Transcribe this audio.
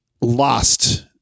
lost